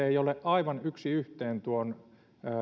ei ole aivan yksi yhteen tuon